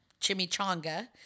chimichanga